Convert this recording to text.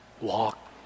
walk